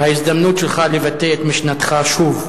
ההזדמנות שלך לבטא את משנתך, שוב.